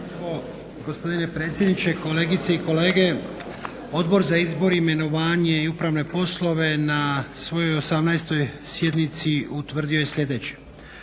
Hvala